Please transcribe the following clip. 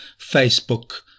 Facebook